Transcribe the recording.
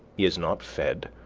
he is not fed,